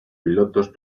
pilotos